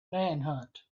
manhunt